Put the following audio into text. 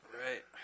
Right